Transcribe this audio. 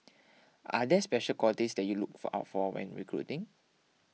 are there special qualities that you look for out for when recruiting